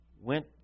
went